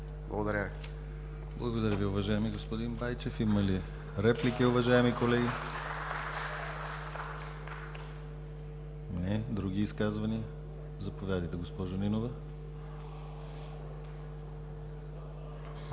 ГЛАВЧЕВ: Благодаря Ви, уважаеми господин Байчев. Има ли реплики, уважаеми колеги? Няма. Други изказвания? Заповядайте, госпожо Нинова.